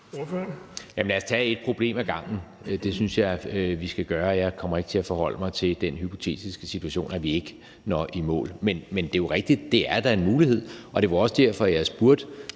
Lad os tage et problem ad gangen. Det synes jeg at vi skal gøre. Jeg kommer ikke til at forholde mig til den hypotetiske situation, at vi ikke når i mål. Men det er rigtigt, at det da er en mulighed, og det var også derfor, at jeg spurgte